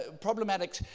problematic